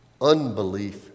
Unbelief